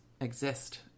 exist